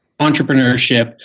entrepreneurship